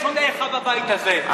אני לא משונאיך בבית הזה,